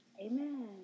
Amen